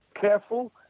careful